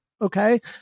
Okay